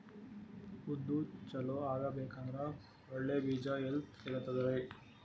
ಉದ್ದು ಚಲೋ ಆಗಬೇಕಂದ್ರೆ ಒಳ್ಳೆ ಬೀಜ ಎಲ್ ಸಿಗತದರೀ?